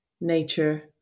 nature